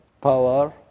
power